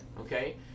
Okay